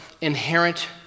inherent